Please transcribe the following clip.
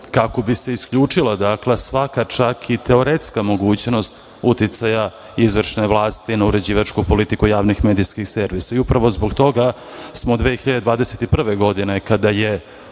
kako bi isključila, dakle, svaka čak i teoretska mogućnost uticaja izvršne vlasti na uređivačku politiku javnih medijskih servisa. Upravo zbog toga smo 2021. godine kada je